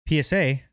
PSA